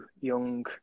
young